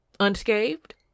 unscathed